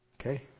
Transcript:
Okay